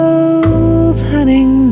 opening